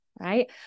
Right